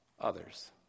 others